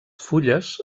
fulles